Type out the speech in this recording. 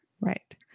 Right